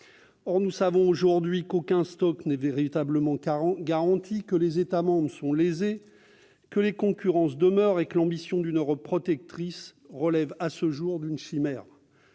Or nous savons aujourd'hui qu'aucun stock n'est véritablement garanti, que les États membres sont lésés, que les concurrences demeurent et que l'ambition d'une Europe protectrice relève à ce jour d'une chimère.